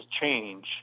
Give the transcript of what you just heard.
change